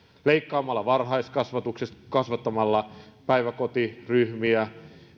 leikkaamalla varhaiskasvatuksesta kasvattamalla päiväkotiryhmiä